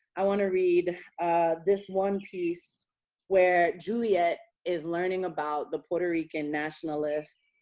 i want to read this one piece where juliet is learning about the puerto rican nationalist,